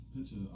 picture